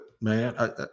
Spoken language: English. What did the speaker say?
man